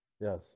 yes